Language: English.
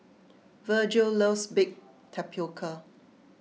Virgil loves Baked Tapioca